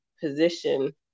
position